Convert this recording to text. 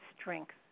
strength